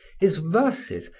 his verses,